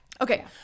Okay